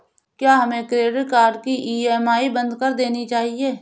क्या हमें credit card की ई.एम.आई बंद कर देनी चाहिए?